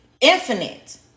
infinite